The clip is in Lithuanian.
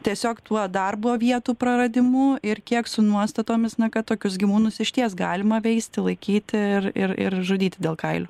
tiesiog tuo darbo vietų praradimu ir kiek su nuostatomis na kad tokius gyvūnus išties galima veisti laikyti ir ir ir žudyti dėl kailių